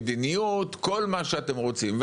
מדיניות וכל מה שאתם רוצים.